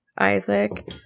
Isaac